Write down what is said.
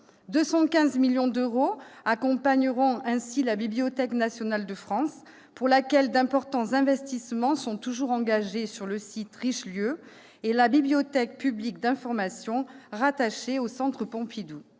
215 millions d'euros accompagneront la Bibliothèque nationale de France, pour laquelle d'importants investissements sont toujours engagés sur le site Richelieu, et la Bibliothèque publique d'information, rattachée au centre Pompidou.